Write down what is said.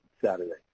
Saturday